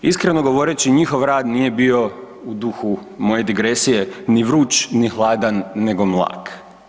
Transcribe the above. Iskreno govoreći njihov rad nije bio u duhu moje digresije ni vruć ni hladan nego mlak.